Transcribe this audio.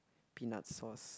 peanut sauce